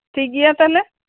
ᱴᱷᱤᱠ ᱜᱮᱭᱟ ᱛᱟᱦᱞᱮ